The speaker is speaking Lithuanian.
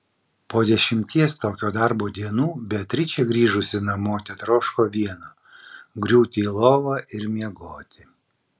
po dešimties tokio darbo dienų beatričė grįžusi namo tetroško vieno griūti į lovą ir miegoti